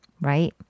Right